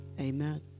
Amen